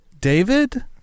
David